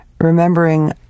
remembering